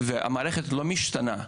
המערכת לא משתנה.